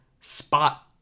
spot